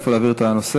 לאן להעביר את הנושא?